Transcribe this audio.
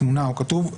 תמונה או כתוב,